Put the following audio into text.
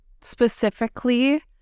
specifically